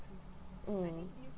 mm